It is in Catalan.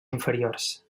inferiors